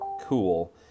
cool